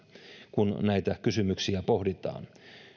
kun näitä kysymyksiä pohditaan